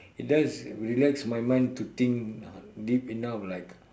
it does relax my mind to think deep enough like